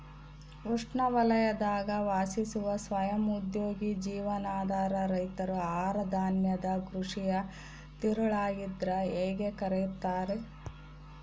ಉಷ್ಣವಲಯದಾಗ ವಾಸಿಸುವ ಸ್ವಯಂ ಉದ್ಯೋಗಿ ಜೀವನಾಧಾರ ರೈತರು ಆಹಾರಧಾನ್ಯದ ಕೃಷಿಯ ತಿರುಳಾಗಿದ್ರ ಹೇಗೆ ಕರೆಯುತ್ತಾರೆ